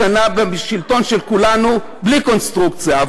ובשלטון של כולנו היא עבדה בלי קונסטרוקציה.